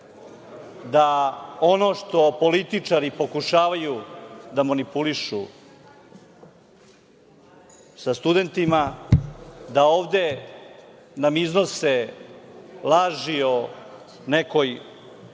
da ono što političari pokušavaju da manipulišu sa studentima, da nam ovde iznose laži o nekim